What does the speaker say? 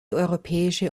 europäische